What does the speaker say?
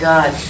God